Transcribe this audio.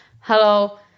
hello